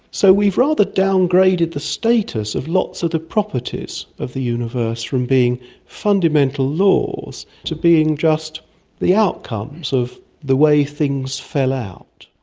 so we've rather downgraded the status of lots of the properties of the universe from being fundamental laws to being just the outcomes of the way things fell out.